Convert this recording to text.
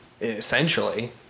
essentially